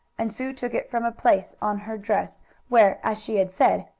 and sue took it from a place on her dress where, as she had said,